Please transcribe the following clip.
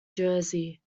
jersey